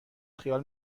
خیال